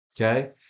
okay